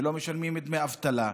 ולא משלמים דמי אבטלה.